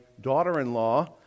daughter-in-law